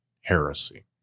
heresy